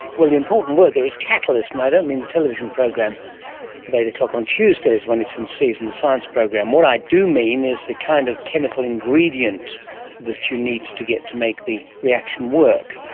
well, the important word there is catalyst, and i don't mean the television program at eight o'clock on tuesdays when it's in season, the science program, what i do mean is the kind of chemical ingredient that you need to get to make the reaction work.